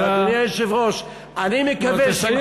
אדוני היושב-ראש, אני מקווה, נו, תסיים.